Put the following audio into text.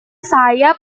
saya